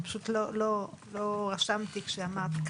אני פשוט לא רשמתי את מה שאמרת בראשית דברייך,